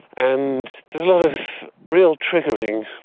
and there's a lot of real triggering, ah,